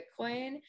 bitcoin